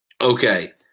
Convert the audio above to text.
okay